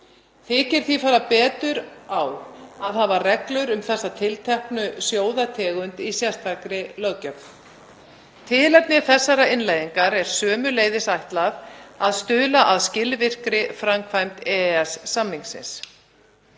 Þykir því fara betur á að hafa reglur um þessa tilteknu sjóðategund í sérstakri löggjöf. Tilefni þessarar innleiðingar er sömuleiðis ætlað að stuðla að skilvirkri framkvæmd EES-samningsins.